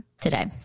today